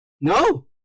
No